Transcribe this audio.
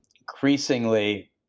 increasingly